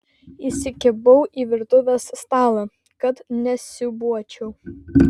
įsikibau į virtuvės stalą kad nesiūbuočiau